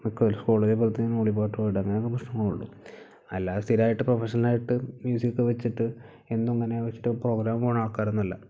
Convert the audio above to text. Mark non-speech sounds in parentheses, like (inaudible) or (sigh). (unintelligible) മൂളിപ്പാട്ട് പാടാം ഞാൻ (unintelligible) അല്ലാതെ സ്ഥിരമായിട്ട് പ്രൊഫഷണലായിട്ട് മ്യൂസിക്ക് വെച്ചിട്ട് എന്നും ഇങ്ങനെ വെച്ചിട്ട് പ്രോഗ്രാം പോകുന്ന ആൾക്കാരൊന്നുമല്ല